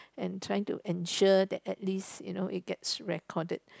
and trying to ensure that at least you know it gets recorded